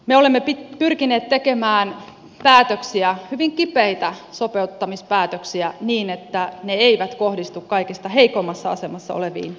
me olemme pyrkineet tekemään päätöksiä hyvin kipeitä sopeuttamispäätöksiä niin että ne eivät kohdistu kaikista heikoimmassa asemassa oleviin ihmisiin